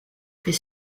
fait